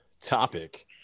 topic